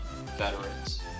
Veterans